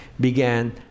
began